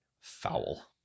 foul